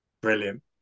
Brilliant